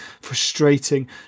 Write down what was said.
frustrating